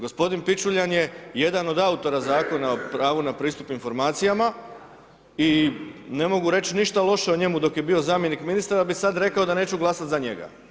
Gospodin Pičuljan je jedan od autora Zakona pravu na pristup informacijama i ne mogu reći ništa loše o njemu dakle je bio zamjenik ministara, jer bi sada rekao da neću glasati za njega.